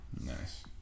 Nice